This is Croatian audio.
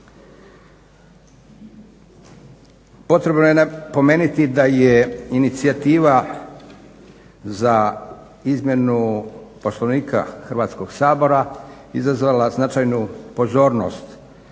Potrebno je napomenuti da je inicijativa za izmjenu Poslovnika Hrvatskog sabora izazvala značajnu pozornost kako